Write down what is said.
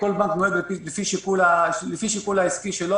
כל בנק עובד לפי שיקול העסקי שלו.